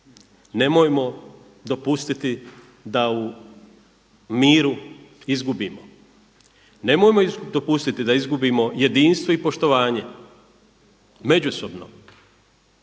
nemojmo dopustiti da u miru izgubimo. Nemojmo dopustiti da izgubimo jedinstvo i poštovanje međusobno.